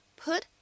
put